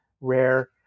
rare